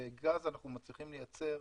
בגז אנחנו מצליחים לייצר